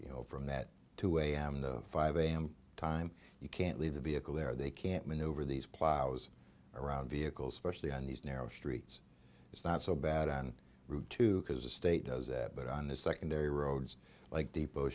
you know from that two am the five am time you can't leave the vehicle there they can't maneuver these plows around vehicles specially on these narrow streets it's not so bad on route two because the state does that but on the secondary roads like depot